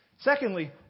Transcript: Secondly